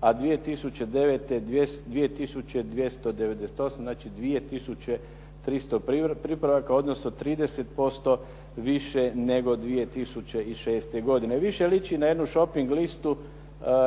2298, znači 2300 pripravaka odnosno 30% više nego 2006. godine. Više liči na jednu šoping listu